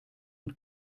und